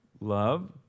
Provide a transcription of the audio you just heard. love